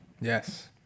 Yes